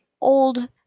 old